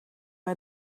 bij